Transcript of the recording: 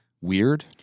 weird